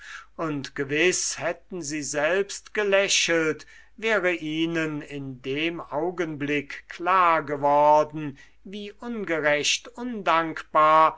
und gewiß hätten sie selbst gelächelt wäre ihnen in dem augenblick klar geworden wie ungerecht undankbar